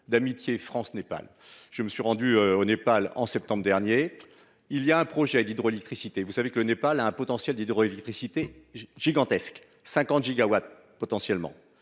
d'amitié France-, Népal, je me suis rendu au Népal. En septembre dernier. Il y a un projet d'hydroélectricité. Vous savez que le Népal a un potentiel d'hydroélectricité gigantesque 50 gigawatts potentiellement